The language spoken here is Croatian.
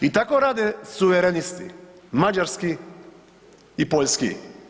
I tako rade suverenisti Mađarski i Poljski.